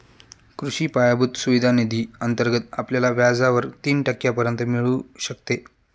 कृषी पायाभूत सुविधा निधी अंतर्गत आपल्याला व्याजावर तीन टक्क्यांपर्यंत मिळू शकते